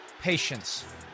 Patience